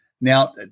Now